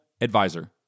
advisor